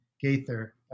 Gaither